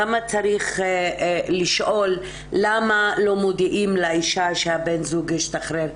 כמה צריך לשאול למה לא מודיעים לאישה שבן הזוג השתחרר?